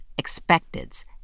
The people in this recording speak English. expecteds